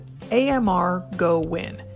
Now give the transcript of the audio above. AMRGOWIN